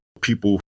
people